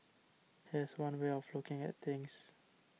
here's one way of looking at things